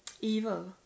evil